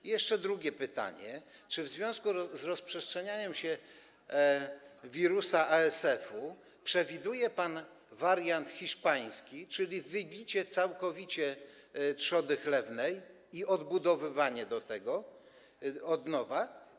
I jeszcze drugie pytanie: Czy w związku z rozprzestrzenianiem się wirusa ASF-u przewiduje pan wariant hiszpański, czyli wybicie całkowite trzody chlewnej i odbudowywanie jej od nowa?